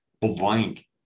blank